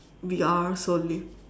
V_R solely